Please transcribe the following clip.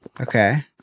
okay